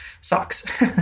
socks